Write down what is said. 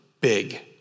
big